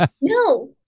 No